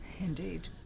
indeed